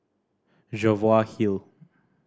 Jervois Hill